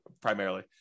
primarily